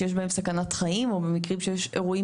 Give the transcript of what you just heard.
שיש בהם סכנת חיים או במקרים שיש אירועים